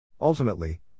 Ultimately